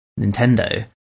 Nintendo